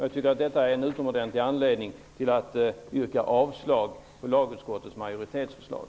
Jag tycker att detta är en utomordentlig anledning att yrka avslag på lagsutskottets majoritetsförslag.